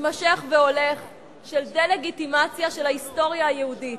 מתמשך והולך של דה-לגיטימציה של ההיסטוריה היהודית.